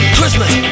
Christmas